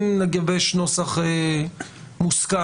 אם נגבש נוסח מוסכם,